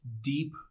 deep